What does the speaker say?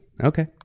okay